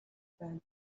байна